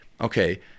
okay